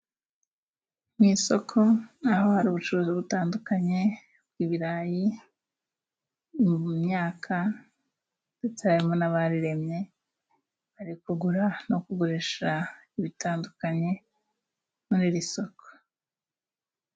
Mwisoko nkaho hari ubucuruzi butandukanye bw'ibirayi mu myaka ndetse harimo n'abariremye bari kugura no kugurisha bitandukanye muri iri soko.